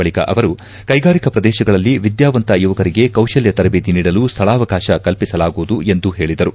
ಬಳಕ ಅವರು ಕೈಗಾರಿಕಾ ಪ್ರದೇಶಗಳಲ್ಲಿ ವಿದ್ವಾವಂತ ಯುವಕರಿಗೆ ಕೌಶಲ್ಯ ತರಬೇತಿ ನೀಡಲು ಸ್ವಳಾವಕಾಶ ಕಲ್ಪಿಸಲಾಗುವುದು ಎಂದು ಹೇಳದರು